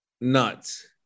nuts